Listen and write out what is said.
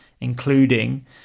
including